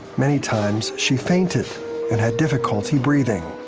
many times she fainted and had difficulty breathing.